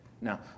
Now